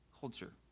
culture